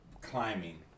climbing